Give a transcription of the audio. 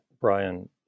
Brian